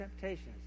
temptations